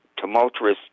tumultuous